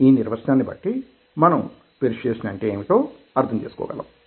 ఈ నిర్వచనాన్ని బట్టి మనం పెర్సుయేసన్ అంటే ఏమిటో అర్థం చేసుకోగలం